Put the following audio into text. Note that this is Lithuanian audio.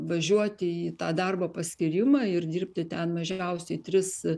važiuoti į tą darbo paskyrimą ir dirbti ten mažiausiai tris